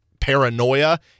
paranoia